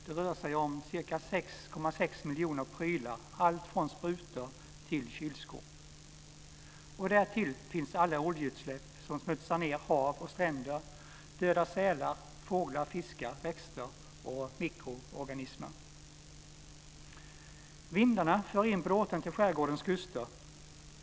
Det rör sig om ca Därtill finns alla oljeutsläpp som smutsar ned hav och stränder och dödar sälar, fåglar, fiskar, växter och mikroorganismer. Vindarna för in bråten till skärgårdens kuster.